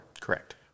Correct